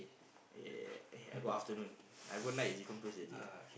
yeah eh I go afternoon I go night is different place already